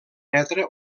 metre